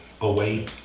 away